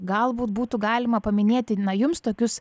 galbūt būtų galima paminėti na jums tokius